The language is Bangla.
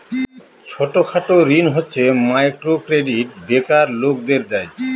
ছোট খাটো ঋণ হচ্ছে মাইক্রো ক্রেডিট বেকার লোকদের দেয়